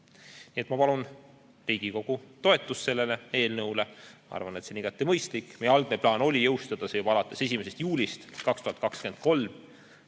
paluma. Ma palun Riigikogu toetust sellele eelnõule. Ma arvan, et see on igati mõistlik. Meie algne plaan oli jõustuda see juba alates 1. juulist 2023,